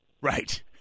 Right